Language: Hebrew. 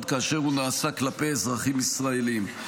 כאשר הוא נעשה כלפי אזרחים ישראלים.